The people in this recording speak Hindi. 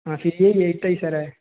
हाँ फिर यही है इतना ही सारा है